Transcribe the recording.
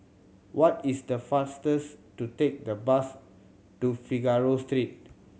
what is the fastest to take the bus to Figaro Street